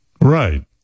Right